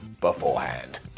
beforehand